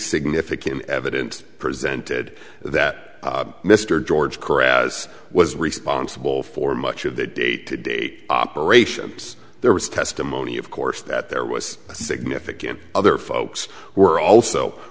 significant evidence presented that mr george carouse was responsible for much of the day to day operations there was testimony of course that there was a significant other folks were also